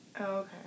okay